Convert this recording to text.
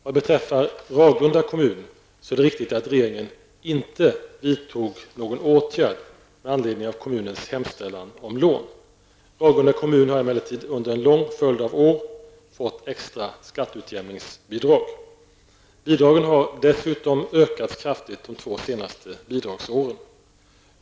Vad beträffar Ragunda kommun så är det riktigt att regeringen inte vidtog någon åtgärd med anledning av kommunens hemställan om lån. Ragunda kommun har emellertid under en lång följd av år fått extra skatteutjämningsbidrag. Bidragen har dessutom ökats kraftigt de två senaste bidragsåren.